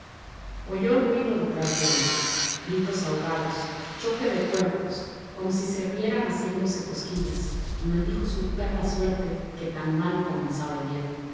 oyó ruido detrás de él gritos ahogados choque de cuerpos como si se rieran haciéndose cosquillas y maldijo su perra suerte que tan mal comenzaba el día